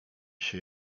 się